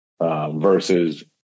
versus